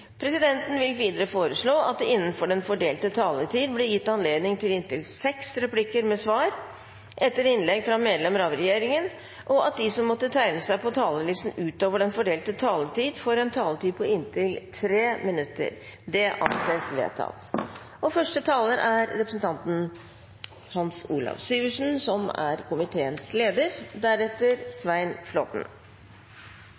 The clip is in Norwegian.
vil presidenten foreslå at det – innenfor den fordelte taletid – blir gitt anledning til replikkordskifte på inntil seks replikker med svar etter innlegg fra medlemmer av regjeringen, og at de som måtte tegne seg på talerlisten utover den fordelte taletid, får en taletid på inntil 3 minutter. – Det anses vedtatt. Jeg er sikker på at presidenten skjønner at dette er